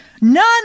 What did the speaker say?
None